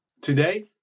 Today